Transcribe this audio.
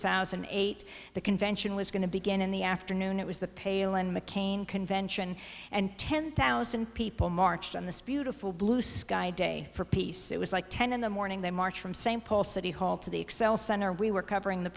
thousand and eight the convention was going to begin in the afternoon it was the pale and mccain convention and ten thousand people marched on the spirit of full blue sky day for peace it was like ten in the morning they marched from same poll city hall to the excel center we were covering the